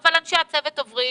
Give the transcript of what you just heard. אבל אנשי הצוות עוברים